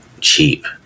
cheap